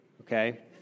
okay